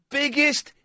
biggest